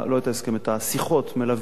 השיחות מלווים